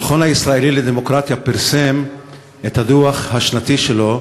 המכון הישראלי לדמוקרטיה פרסם את הדוח השנתי שלו,